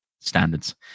standards